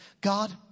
God